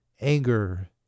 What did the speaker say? anger